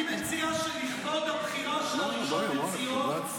אני מציע שלכבוד הבחירה של הראשון לציון,